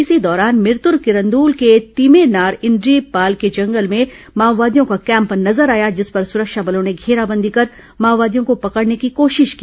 इसी दौरान मिरतर किरदल के तिमेनार इंडीपाल के जंगल में माओवादियों का कैम्प नजर आया जिस पर सुरक्षा बलों ने घेराबंदी कर माओवादियों को पकड़ने की कोशिश की